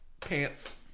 pants